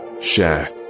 Share